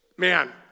Man